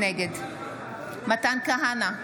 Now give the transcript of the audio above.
נגד מתן כהנא,